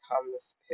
comes